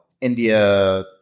India